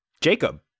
Jacob